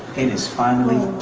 it is finally